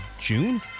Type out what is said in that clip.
June